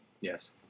Yes